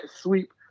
sweep